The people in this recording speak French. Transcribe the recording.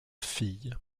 filles